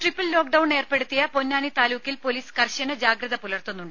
triple lockdown ഏർപ്പെടുത്തിയ പൊന്നാനി താലൂക്കിൽ police കർശന ജാഗ്രത പുലർത്തുന്നുണ്ട്